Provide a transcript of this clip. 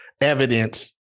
evidence